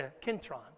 kintron